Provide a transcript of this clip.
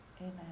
amen